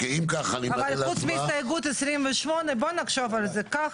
אבל חוץ מהסתייגות 28 בוא נחשוב על זה כך.